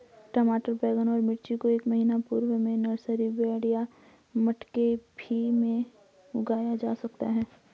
टमाटर बैगन और मिर्ची को एक महीना पूर्व में नर्सरी बेड या मटके भी में उगाया जा सकता है